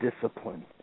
discipline